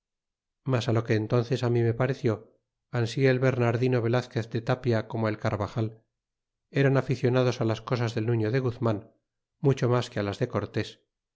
bergantines mas lo que entónces á mí me pareció ansi el bernardino velazquez de tapia como el carbajal eran aficionados á las cosas del nuño de guzman mucho mas que á las de cortés